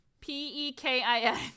P-E-K-I-N